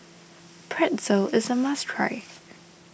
Pretzel is a must try